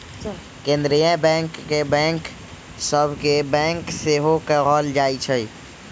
केंद्रीय बैंक के बैंक सभ के बैंक सेहो कहल जाइ छइ